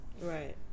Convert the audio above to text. right